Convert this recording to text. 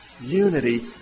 Unity